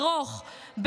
ברוך,